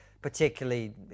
Particularly